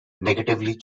negatively